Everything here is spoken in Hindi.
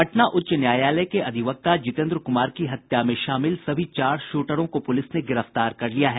पटना उच्च न्यायालय के अधिवक्ता जितेन्द्र कुमार की हत्या में शामिल सभी चार शूटरों को पुलिस ने गिरफ्तार कर लिया है